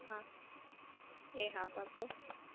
હા એહા પાક્કું